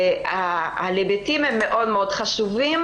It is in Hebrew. ההיבטים הם מאוד חשובים,